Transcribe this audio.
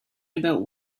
about